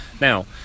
Now